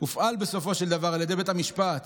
הופעל בסופו של דבר על ידי בית המשפט